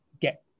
get